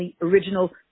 original